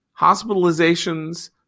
hospitalizations